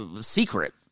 secret